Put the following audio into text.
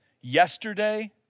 yesterday